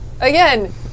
Again